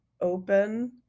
open